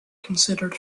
considered